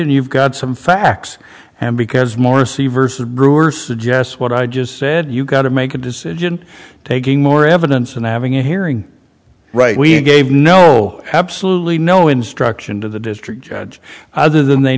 and you've got some facts and because marcy versus brewer suggests what i just said you've got to make a decision taking more evidence and having a hearing right we gave no absolutely no instruction to the district judge other than they